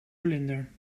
vlinder